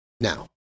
Now